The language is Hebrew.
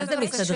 מה זה מסתדרים?